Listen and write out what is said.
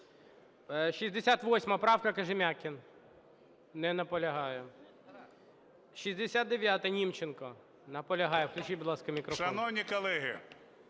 68 правка, Кожем'якін. Не наполягає. 69-а, Німченко. Наполягає. Включіть, будь ласка, мікрофон.